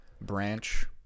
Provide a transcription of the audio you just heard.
branch